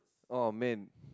oh man